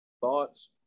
thoughts